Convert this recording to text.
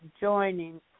joining